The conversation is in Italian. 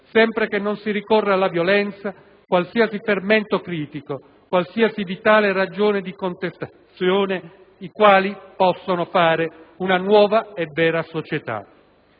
sempre che non si ricorra alla violenza, qualsiasi fermento critico, qualsiasi vitale ragione di contestazione, i quali possano fare nuova e vera la società».